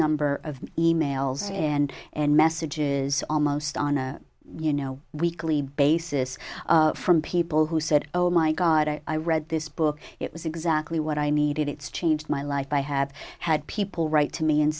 number of e mails and and messages almost on a you know weekly basis from people who said oh my god i read this book it was exactly what i needed it's changed my life i have had people write to me and